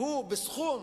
הוא בסכום,